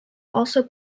also